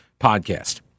podcast